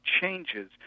changes